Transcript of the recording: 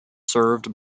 served